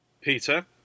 Peter